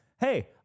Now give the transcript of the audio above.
hey